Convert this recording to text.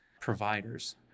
providers